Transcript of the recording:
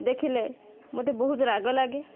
ଦେଖିଲେ ମତେ ବହୁତ ରାଗ ଲାଗେ